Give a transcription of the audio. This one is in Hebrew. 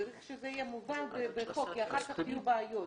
צריך שזה יהיה מובן בחוק כי אחר כך יהיו בעיות.